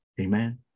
Amen